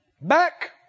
Back